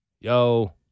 yo